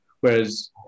Whereas